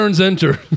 enter